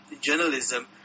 journalism